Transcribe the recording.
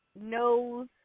knows